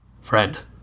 Friend